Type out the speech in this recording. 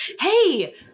hey